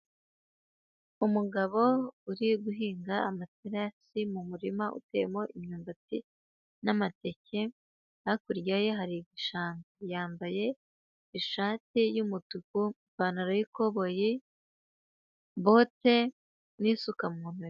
Umugabo uri guhinga amaterasi mu murima uteyemo imyumbati n'amateke, hakurya ye hari igishanga. Yambaye ishati y'umutuku, ipantaro y'ikoboyi, bote n'isuka mu ntoki.